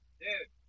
dude